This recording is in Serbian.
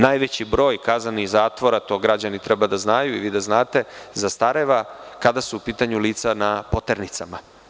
Najveći broj kaznenih zatvora, to građani treba da znaju i vi da znate, zastareva kada su u pitanju lica na poternicama.